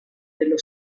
dello